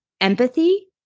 empathy